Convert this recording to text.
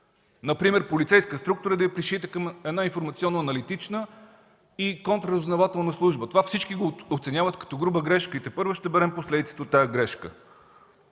Например полицейска структура да я пришиете към информационно аналитична и контраразузнавателна служба. Това всички го оценяват като груба грешка и тепърва ще берем последиците от тази грешка.